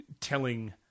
telling